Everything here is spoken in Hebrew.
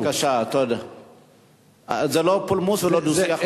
זה לא פולמוס ולא דו-שיח.